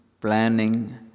planning